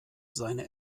seine